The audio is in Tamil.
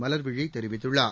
மலர்விழி தெரிவித்துள்ளார்